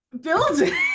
Building